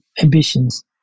ambitions